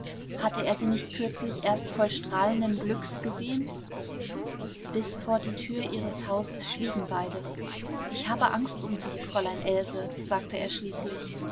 hatte er sie nicht kürzlich erst voll strahlenden glücks gesehen bis vor die tür ihres hauses schwiegen beide ich habe angst um sie fräulein else sagte er schließlich